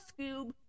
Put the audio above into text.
Scoob